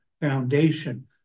Foundation